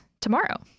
tomorrow